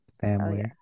Family